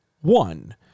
One